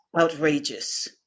outrageous